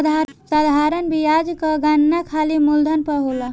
साधारण बियाज कअ गणना खाली मूलधन पअ होला